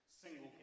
single